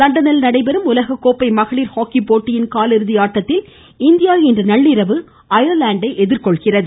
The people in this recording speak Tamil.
லண்டனில் நடைபெறும் உலகக்கோப்பை மகளிர் ஹாக்கி போட்டியின் காலிறுதியாட்டத்தில் இந்தியா இன்று நள்ளிரவு அயர்லாந்தை எதிர்கொள்கிறது